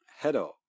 Hello